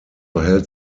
held